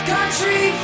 Country